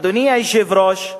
אדוני היושב-ראש,